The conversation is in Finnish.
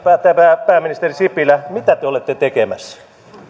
te pääministeri sipilä mitä te te olette tekemässä